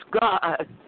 God